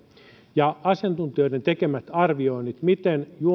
ja asiantuntijoiden tekemät arvioinnit miten